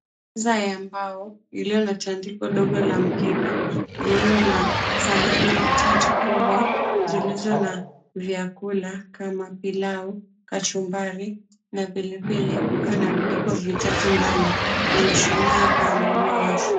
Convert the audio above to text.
Meza ya mbao, iliyo na tandiko ndogo la mkeka, lililo na sahani tatu kubwa, zilizo na vyakula. Kama pilau, kachumbari na pilipili. Kukiwa na vijiko vitatu ndani, na mshumaa kando, uliowashwa.